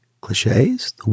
cliches